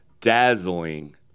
dazzling